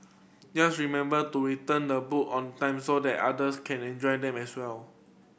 just remember to return the book on time so that others can enjoy them as well